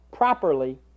properly